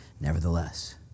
Nevertheless